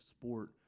sport